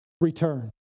return